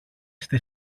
στη